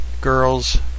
Girls